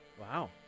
wow